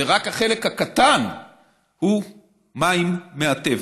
ורק החלק הקטן הוא מים מהטבע.